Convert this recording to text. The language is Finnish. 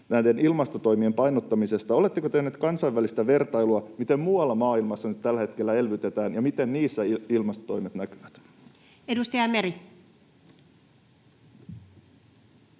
näiden ilmastotoimien painottamisesta: oletteko tehnyt kansainvälistä vertailua, miten muualla maailmassa nyt tällä hetkellä elvytetään ja miten niissä ilmastotoimet näkyvät? [Speech